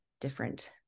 different